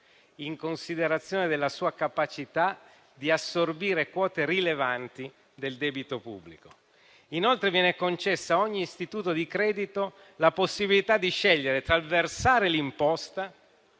in considerazione della sua capacità di assorbire quote rilevanti del debito pubblico. Inoltre, viene concessa a ogni istituto di credito la possibilità di scegliere tra versare l'imposta